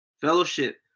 fellowship